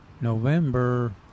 november